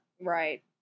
Right